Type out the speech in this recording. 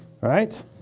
right